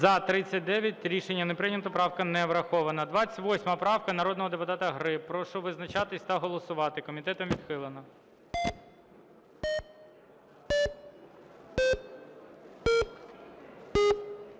За-39 Правка не врахована. 28 правка народного депутата Гриб. Прошу визначатись та голосувати. Комітетом відхилена.